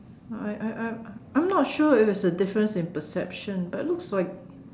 I I I'm not sure if it's a difference in perception but it looks like